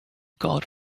called